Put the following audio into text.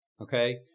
okay